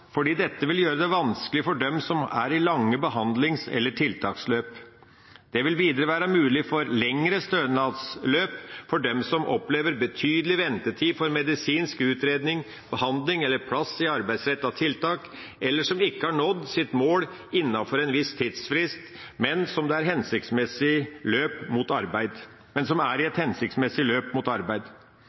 fordi dette vil gjøre det vanskelig for dem som er i lange behandlings- eller tiltaksløp. Det vil videre være mulighet for lengre stønadsløp for dem som opplever betydelig ventetid når det gjelder medisinsk utredning, behandling eller plass i arbeidsrettede tiltak, eller som ikke har nådd sitt mål innenfor en viss tidsfrist, men som er i et hensiktsmessig løp mot arbeid.